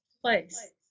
place